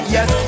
Yes